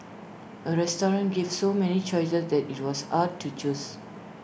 A restaurant gave so many choices that IT was hard to choose